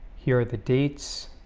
here are the dates